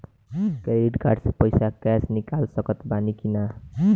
Credit card से पईसा cash निकाल सकत बानी की ना?